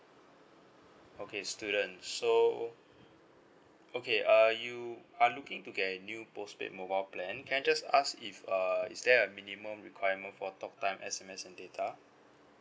okay student so okay uh you are looking to get a new postpaid mobile plan can I just ask if err is there a minimum requirement for talk time S_M_S and data